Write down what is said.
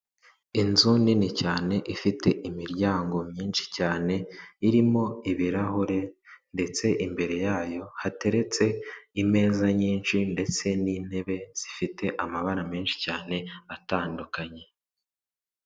Inzu nini cyane ifite imiryango myinshi cyane irimo ibirahure ndetse imbere yayo hateretse imeza nyinshi ndetse n'intebe zifite amabara menshi cyane atandukanye.